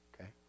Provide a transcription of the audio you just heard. okay